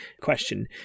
question